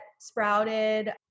sprouted